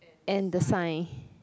and the sign